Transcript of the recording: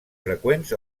freqüents